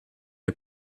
est